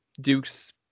Dukes